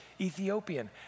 Ethiopian